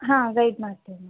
ಹಾಂ ವೈಟ್ ಮಾಡ್ತಿವಿ ಮ್ಯಾಮ್